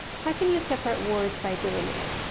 how can you separate words by delimiter?